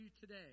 today